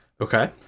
Okay